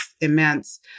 immense